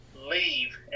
leave